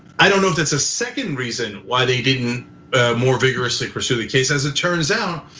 i don't know if that's a second reason why they didn't more vigorously pursue the case. as it turns out,